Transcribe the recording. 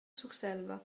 surselva